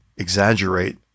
exaggerate